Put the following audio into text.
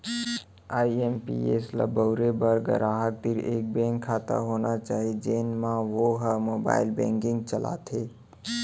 IMPS ल बउरे बर गराहक तीर एक बेंक खाता होना चाही जेन म वो ह मोबाइल बेंकिंग चलाथे